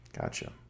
Gotcha